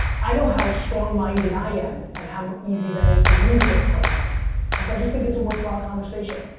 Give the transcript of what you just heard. i know how strong minded i am and how easy that is for me to get caught up and so i just think it's a worthwhile conversation,